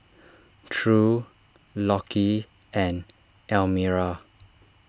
true Lockie and Elmira